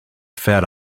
fed